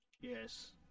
Yes